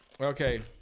Okay